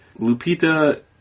Lupita